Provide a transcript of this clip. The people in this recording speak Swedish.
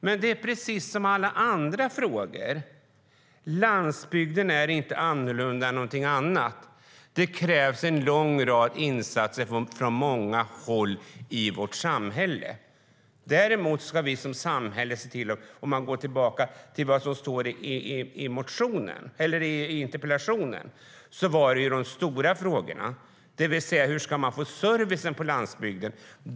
Det är precis som alla andra frågor: Landsbygden är inte annorlunda än något annat. Det krävs en lång rad insatser från många håll i vårt samhälle. I interpellationen tog man upp de stora frågorna, det vill säga hur man ska få service på landsbygden.